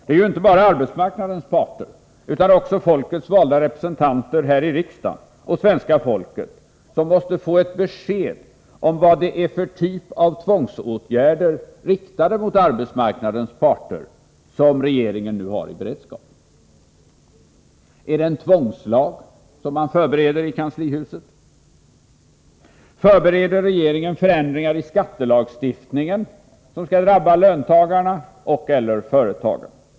Det är inte bara arbetsmarknadens parter utan också folkets valda representanter här i riksdagen och svenska folket som måste få ett besked om vad det är för typ av tvångsåtgärder riktade mot arbetsmarknadens parter som regeringen förbereder. Är det en tvångslag som man har i beredskap i kanslihuset? Förbereder regeringen förändringar i skattelagstiftningen som skall drabba löntagarna eller företagen?